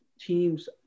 teams